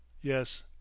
Yes